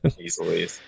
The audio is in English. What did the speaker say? Easily